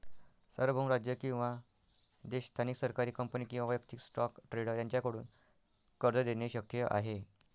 सार्वभौम राज्य किंवा देश स्थानिक सरकारी कंपनी किंवा वैयक्तिक स्टॉक ट्रेडर यांच्याकडून कर्ज देणे शक्य आहे